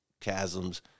chasms